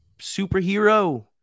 superhero